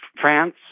France